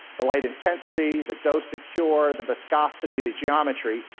the light intensity, the dose to cure, the viscosity, the geometry,